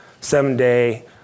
seven-day